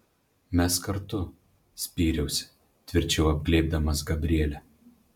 mes kartu spyriausi tvirčiau apglėbdamas gabrielę